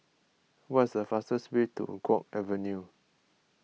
what is the fastest way to Guok Avenue